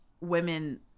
women